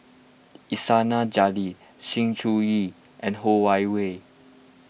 Iskandar Jalil Sng Choon Yee and Ho Wan Hui